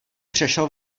přešel